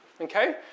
Okay